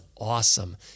awesome